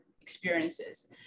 experiences